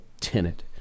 tenet